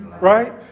right